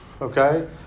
okay